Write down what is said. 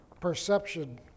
perception